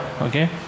okay